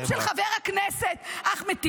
-- גם של חבר הכנסת אחמד טיבי.